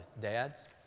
dads